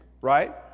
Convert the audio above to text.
Right